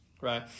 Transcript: right